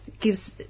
gives